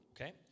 okay